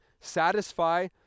satisfy